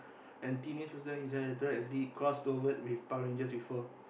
and Teenage-Mutant-Ninja-Turtle actually crossed over with Power Ranger before